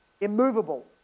immovable